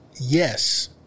Yes